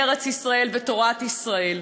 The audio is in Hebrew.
ארץ-ישראל ותורת ישראל.